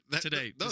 Today